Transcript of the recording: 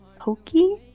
Pokey